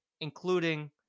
including